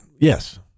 yes